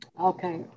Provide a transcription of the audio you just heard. Okay